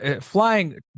flying